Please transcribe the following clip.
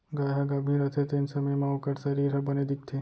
गाय ह गाभिन रथे तेन समे म ओकर सरीर ह बने दिखथे